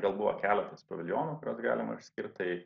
gal buvo keletas paviljonų kuriuos galima išskirt tai